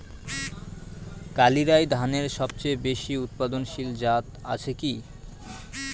কালিরাই ধানের সবচেয়ে বেশি উৎপাদনশীল জাত আছে কি?